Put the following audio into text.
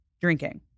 drinking